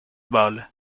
ball